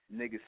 niggas